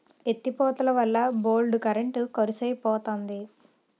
ఎత్తి పోతలవల్ల బోల్డు కరెంట్ కరుసైపోతంది